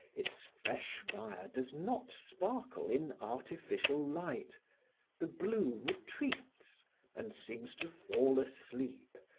its fresh fire does not sparkle in artificial light the blue retreats and seems to fall asleep,